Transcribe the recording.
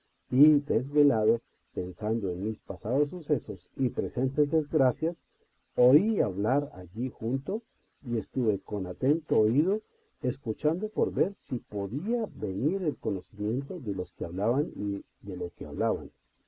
de svelado pensando en mis pasados sucesos y presentes desgracias oí hablar allí junto y estuve con atento oído escuchando por ver si podía venir en conocimiento de los que hablaban y de lo